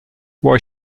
why